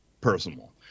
personal